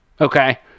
Okay